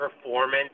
performance